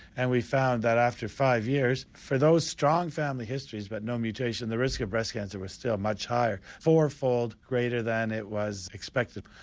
and we found that after five years, for those strong family histories but no mutation, the risk of breast cancer was still much higher, fourfold greater than it was expected.